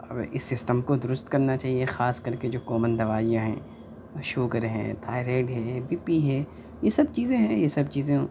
اگر اس سسٹم کو درست کرنا چاہیے خاص کر کہ جو کامن دوائیاں ہیں شوگر ہیں تھائیریڈ ہیں بی پی ہیں یہ سب چیزیں یہ سب چیزوں